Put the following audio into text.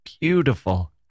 beautiful